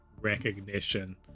recognition